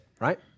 right